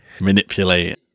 manipulate